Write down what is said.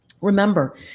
Remember